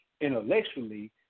intellectually